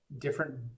different